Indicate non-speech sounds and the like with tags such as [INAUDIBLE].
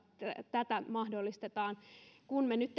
tätä mahdollistetaan kun me nyt [UNINTELLIGIBLE]